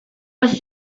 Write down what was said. was